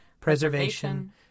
Preservation